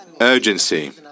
urgency